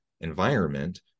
environment